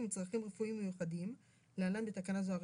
עם צרכים רפואיים מיוחדים (להלן בתקנה זו - הרשימה).